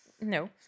No